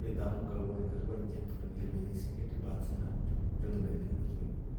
Ini tangu ngawonika uvenjia ngejihisi ngete bahati sana ngimelolye nndo sha choocho fo.